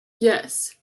yes